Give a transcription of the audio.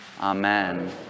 amen